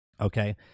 Okay